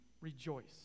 rejoice